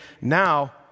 Now